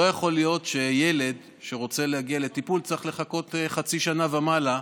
לא יכול להיות שילד שרוצה להגיע לטיפול צריך לחכות חצי שנה ומעלה.